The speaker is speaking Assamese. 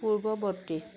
পূৰ্ৱবৰ্তী